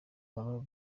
baba